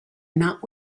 not